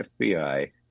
FBI